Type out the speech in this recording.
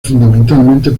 fundamentalmente